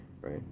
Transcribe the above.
Right